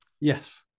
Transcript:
Yes